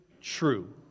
true